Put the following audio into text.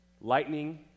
Lightning